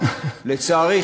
לצערי,